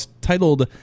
Titled